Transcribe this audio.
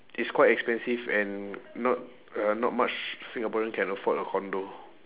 it's quite expensive and not uh not much singaporean can afford a condo